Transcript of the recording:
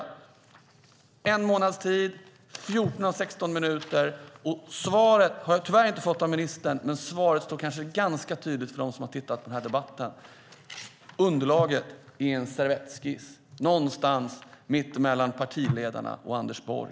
Efter en månads tid och på 14 av 16 minuter har jag tyvärr inte fått svaret av ministern, men svaret är kanske ganska tydligt för dem som har följt debatten. Underlaget är en servettskiss någonstans mitt emellan partiledarna och Anders Borg.